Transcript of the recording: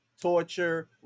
torture